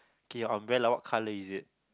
okay your umbrella what colour is it